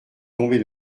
tombée